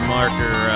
Marker